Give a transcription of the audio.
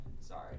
sorry